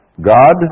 God